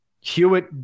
Hewitt